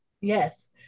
Yes